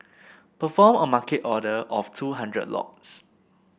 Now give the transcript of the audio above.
perform a market order of two hundred lots